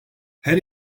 her